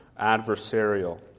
adversarial